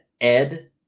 Ed